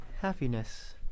Happiness